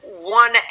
One